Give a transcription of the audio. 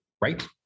right